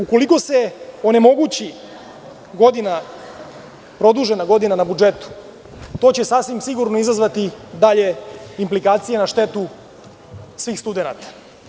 Ukoliko se onemogući produžena godina na budžetu, to će sasvim sigurno izazvati dalje implikacije na štetu svih studenata.